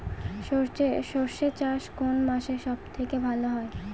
সর্ষে চাষ কোন মাসে সব থেকে ভালো হয়?